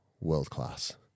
world-class